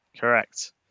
correct